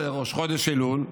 עד ראש חודש אלול,